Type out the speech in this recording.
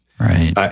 Right